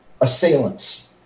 assailants